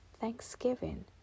Thanksgiving